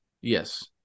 Yes